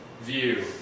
view